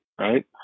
right